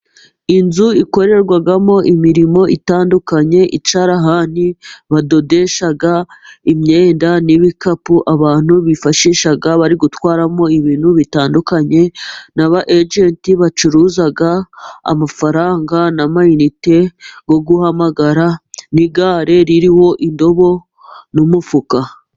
Inzu ikorerwamo imirimo itandukanye, icyarahani badodesha imyenda n'ibikapu abantu bifashisha bari gutwaramo ibintu bitandukanye, n'abajenti bacuruza amafaranga n'amayinite yo guhamagara, n'igare ririho indobo n'umufuka.